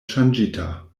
ŝanĝita